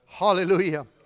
Hallelujah